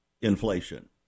inflation